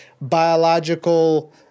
biological